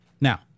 Now